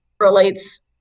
relates